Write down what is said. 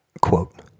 quote